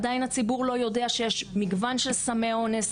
עדיין הציבור לא יודע שיש מגוון של סמי אונס.